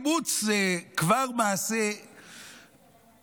אימוץ זה כבר מעשה אצילי,